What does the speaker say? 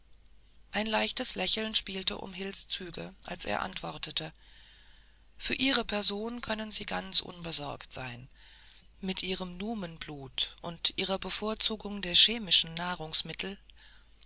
ein leichtes lächeln spielte um hils züge als er antwortete für ihre person können sie ganz unbesorgt sein bei ihrem numenblut und ihrer bevorzugung der chemischen